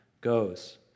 goes